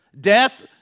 Death